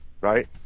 right